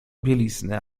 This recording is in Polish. bieliznę